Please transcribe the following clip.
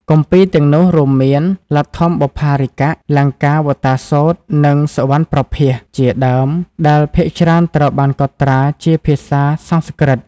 គម្ពីរទាំងនោះរួមមាន លទ្ធម្មបុប្ផារីកៈ, លង្ការវតារសូត្រ, និង សុវណ្ណប្រភាស ជាដើម ដែលភាគច្រើនត្រូវបានកត់ត្រាជាភាសាសំស្ក្រឹត។